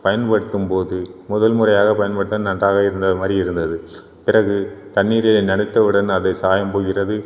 பயன்படுத்தும் போது முதல் முறையாக பயன்படுத்த நன்றாக இருந்த மாதிரி இருந்தது பிறகு தண்ணியில் நனைத்த உடன் அதை சாயம் போகிறது